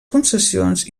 concessions